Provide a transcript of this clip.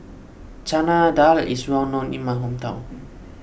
Chana Dal is well known in my hometown